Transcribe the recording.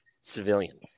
civilian